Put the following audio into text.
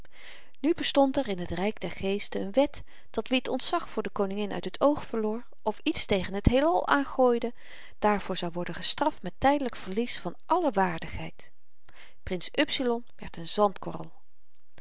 nu bestond er in t ryk der geesten n wet dat wie t ontzag voor de koningin uit het oog verloor of iets tegen t heelal aangooide daarvoor zou worden gestraft met tydelyk verlies van alle waardigheid prins upsilon werd n zandkorl